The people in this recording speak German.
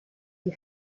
die